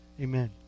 Amen